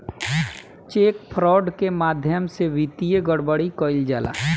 check fraud के माध्यम से वित्तीय गड़बड़ी कईल जाला